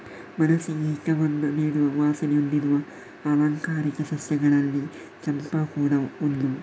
ಮನಸ್ಸಿಗೆ ಹಿತವನ್ನ ನೀಡುವ ವಾಸನೆ ಹೊಂದಿರುವ ಆಲಂಕಾರಿಕ ಸಸ್ಯಗಳಲ್ಲಿ ಚಂಪಾ ಕೂಡಾ ಒಂದು